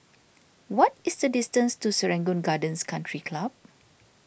what is the distance to Serangoon Gardens Country Club